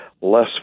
less